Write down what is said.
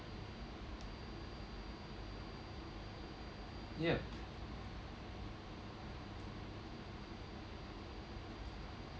yup